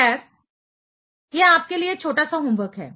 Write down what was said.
खैर यह आपके लिए छोटा सा होमवर्क है